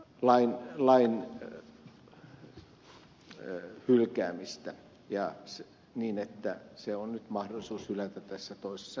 esitän tämän lain hylkäämistä niin että se on nyt mahdollista hylätä tässä toisessa käsittelyssä